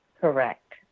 Correct